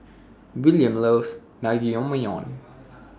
William loves Naengmyeon